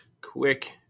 Quick